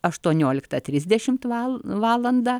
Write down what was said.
aštuonioliktą trisdešim val valandą